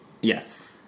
Yes